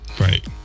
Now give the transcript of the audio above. Right